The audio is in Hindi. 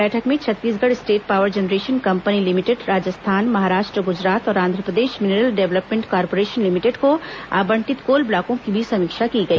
बैठक में Chhattisgarh state power generation company limited Rajasthan Maharashtra Gujarat और Andhra Pradesh mineral development corporation limited को आबंटित कोल ब्लॉकों की भी समीक्षा की गई